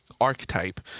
archetype